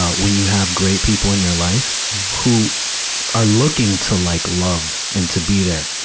ah when you have great people in your life who are looking to like love and to be there.